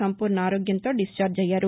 సంపూర్ణ ఆరోగ్యంతో డిశ్చార్జి అయ్యారు